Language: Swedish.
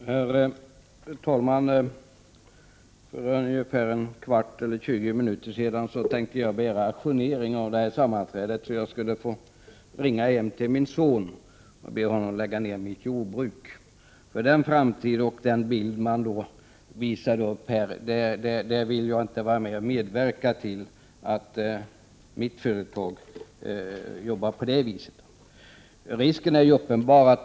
Herr talman! För ungefär 20 minuter sedan tänkte jag begära ajournering av det här sammanträdet, så att jag skulle få tillfälle att ringa hem till min son och be honom lägga ned mitt jordbruk. Den framtid som man målade upp här vill jag inte medverka till — att vi i mitt företag skulle jobba på det viset.